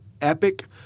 epic